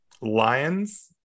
Lions